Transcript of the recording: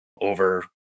over